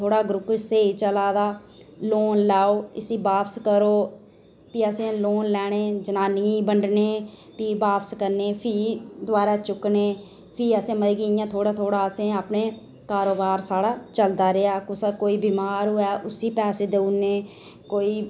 थोह्ड़ा ग्रूप स्हेई चला दा लोन लैओ इसी बापस करो प्ही असें लोन लैने जनानियें गी बंडने फ्ही बापस करने फ्ही असें मतलब अपना थोह्ड़ा थोह्ड़ा इंया कारोबार साढ़ा चलदा रेहा कोई बमार होऐ उसी पैसे देई ओड़ने कोई